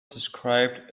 described